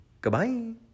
Goodbye